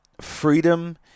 freedom